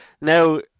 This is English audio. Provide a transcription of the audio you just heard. now